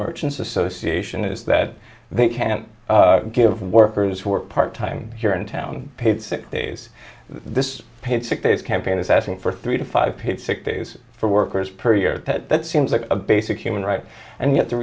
merchants association is that they can't give workers who work part time here in town paid sick days this paid sick days campaign is asking for three to five days for workers per year that seems like a basic human right and yet the